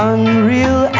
Unreal